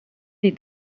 est